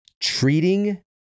treating